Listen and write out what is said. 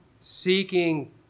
seeking